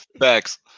Thanks